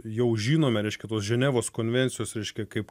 jau žinome reiškia tos ženevos konvencijos reiškia kaip